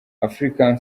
africa